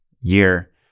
year